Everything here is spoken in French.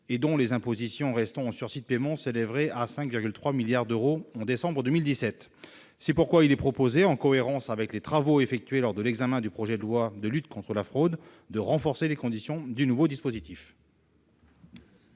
et dont les impositions restant en sursis de paiement s'élevaient à 5,3 milliards d'euros au mois de décembre 2017. C'est pourquoi il est proposé, en cohérence avec les travaux réalisés lors de l'examen du projet de loi relative à la lutte contre la fraude, de renforcer les conditions du nouveau dispositif.